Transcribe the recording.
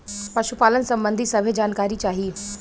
पशुपालन सबंधी सभे जानकारी चाही?